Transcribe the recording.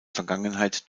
vergangenheit